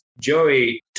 Joey